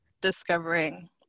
discovering